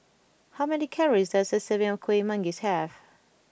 how many calories does a serving of Kuih Manggis have